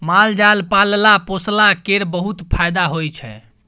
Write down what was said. माल जाल पालला पोसला केर बहुत फाएदा होइ छै